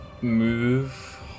Move